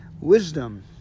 wisdom